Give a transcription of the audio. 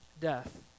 death